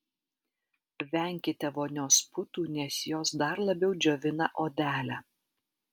venkite vonios putų nes jos dar labiau džiovina odelę